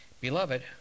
Beloved